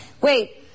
Wait